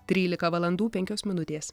trylika valandų penkios minutės